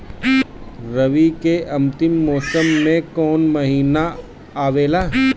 रवी के अंतिम मौसम में कौन महीना आवेला?